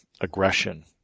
aggression